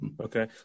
Okay